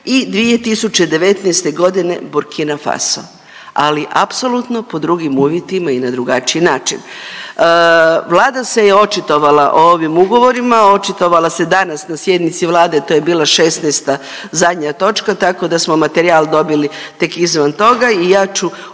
i 2019.g. Burkina Faso, ali apsolutno pod drugim uvjetima i na drugačiji način. Vlada se je očitovala o ovim ugovorima očitovala se danas na sjednici Vlade, to je bila 16. zadnja točka tako da smo materijal dobili tek izvan toga i ja ću